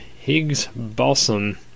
Higgs-Boson